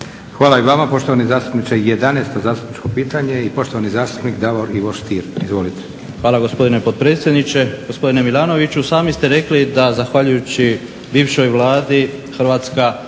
Hvala i vama poštovani zastupniče. Jedanaesto zastupničko pitanje i poštovani zastupnik Davor Ivo Stier. Izvolite. **Stier, Davor Ivo (HDZ)** Hvala gospodine potpredsjedniče. Gospodine Milanoviću sami ste rekli da zahvaljujući bivšoj Vladi Hrvatska